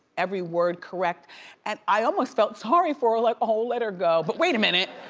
every word correct and i almost felt sorry for her, like, oh let her go. but wait a minute!